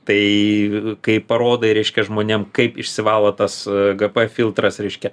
tai kai parodai reiškia žmonėm kaip išsivalo tas gp filtras reiškia